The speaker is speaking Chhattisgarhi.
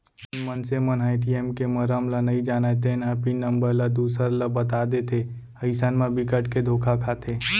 जेन मनसे मन ह ए.टी.एम के मरम ल नइ जानय तेन ह पिन नंबर ल दूसर ल बता देथे अइसन म बिकट के धोखा खाथे